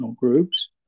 groups